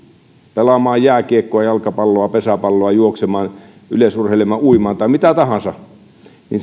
pelaamaan jääkiekkoa jalkapalloa pesäpalloa juoksemaan yleisurheilemaan uimaan tai mitä tahansa niin